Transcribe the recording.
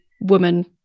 woman